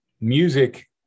music